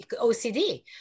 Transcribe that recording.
OCD